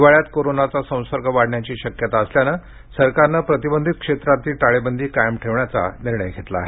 हिवाळ्यात कोरोनाचा संसर्ग वाढण्याची शक्यता असल्यानं सरकारने प्रतिबंधित क्षेत्रातली टाळेबंदी कायम ठेवण्याचा निर्णय घेतला आहे